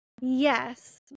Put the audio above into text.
Yes